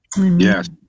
Yes